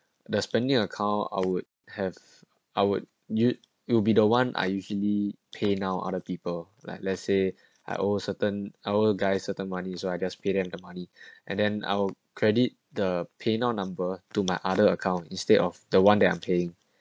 the spending account I would have I would nude it will be the one are usually paynow other people like let's say I owe certain our guys certain money so I just paid him the money and then I'll credit the paynow number to my other account instead of the one that I'm paying